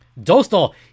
Dostal